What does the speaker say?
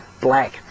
black